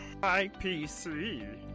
IPC